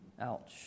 Ouch